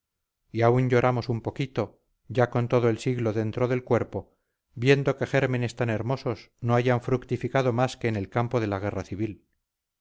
y aún lloramos un poquito ya con todo el siglo dentro del cuerpo viendo que gérmenes tan hermosos no hayan fructificado más que en el campo de la guerra civil